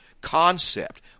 concept